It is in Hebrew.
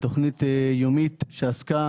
לתוכנית יומית שעסקה